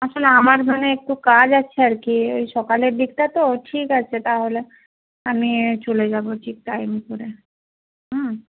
আসলে আমার মানে একটু কাজ আছে আর কি ওই সকালের দিকটা তো ঠিক আছে তাহলে আমি চলে যাব ঠিক টাইম করে হুম